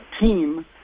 team